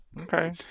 Okay